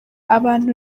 abantu